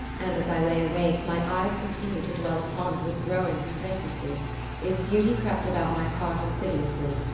and, as i lay awake, my eyes continued to dwell upon it with growing complacency its beauty crept about my heart insidiously,